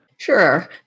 Sure